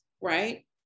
right